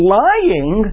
lying